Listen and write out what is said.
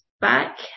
back